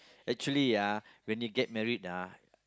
actually ah when you get married ah